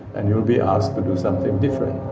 and you'll be asked to do something different.